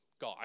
guy